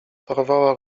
parowała